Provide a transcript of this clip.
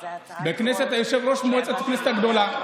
יושב-ראש מועצת הכנסת הגדולה.